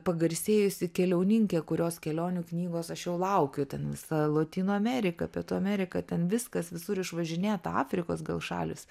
pagarsėjusi keliauninkė kurios kelionių knygos aš jau laukiu ten visa lotynų amerika pietų amerika ten viskas visur išvažinėta afrikos šalys